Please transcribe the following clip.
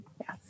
Yes